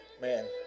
Man